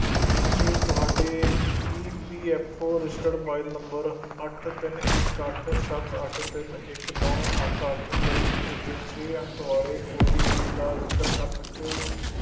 ਕੀ ਤੁਸੀਂ ਤੁਹਾਡੇ E P F O registered mobile number ਅੱਠ ਤਿੰਨ ਇੱਕ ਅੱਠ ਸੱਤ ਅੱਠ ਤਿੰਨ ਇੱਕ ਨੌ ਅੱਠ ਅੱਠ 'ਤੇ ਭੇਜੇ ਛੇ ਅੰਕ ਵਾਲੇ ਓ ਟੀ ਪੀ ਦਾ ਜ਼ਿਕਰ ਕਰ ਸਕਦੇ ਹੋ